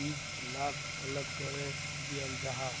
बीज लाक अलग करे दियाल जाहा